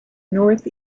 north